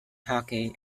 hockey